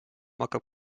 hakkab